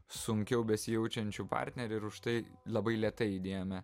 sunkiau besijaučiančių partnerių ir už tai labai lėtai įdėjome